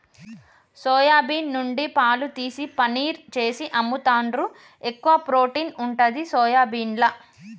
soya bean నుండి పాలు తీసి పనీర్ చేసి అమ్ముతాండ్రు, ఎక్కువ ప్రోటీన్ ఉంటది సోయాబీన్ల